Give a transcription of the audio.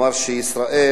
אמר שישראל